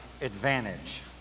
advantage